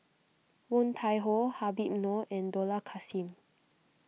Woon Tai Ho Habib Noh and Dollah Kassim